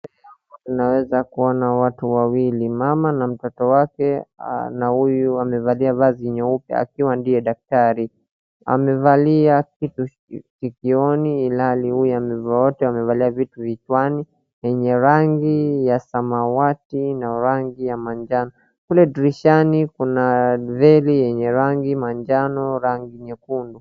Mama na mtoto wake na huyu amevalia mavazi nyeupe ikiwa ndiye daktari ,amevalia kitu sikioni ilhali amevalia vitu kichwani vyenye rangi ya samawati na rangi ya manjano. Kule dirishani kuna veli yenye rangi ya manjano rangi nyekundu.